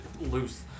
loose